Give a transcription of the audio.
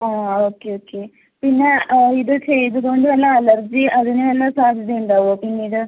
ഓ okay okay പിന്നെ ഇത് ചെയ്തതോണ്ട് വല്ല അലർജി അതിന് വല്ല സാധ്യതയുണ്ടാവോ പിന്നീട്